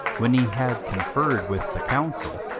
when he had conferred with the council,